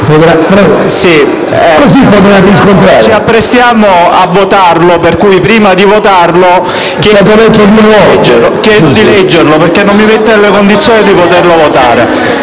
Signor Presidente, ci apprestiamo a votarlo; per cui, prima di votarlo, chiedo di leggerlo, perché non mi mette nelle condizioni di poterlo votare.